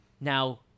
now